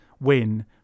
win